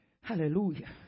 Hallelujah